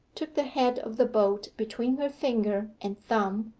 took the head of the bolt between her finger and thumb,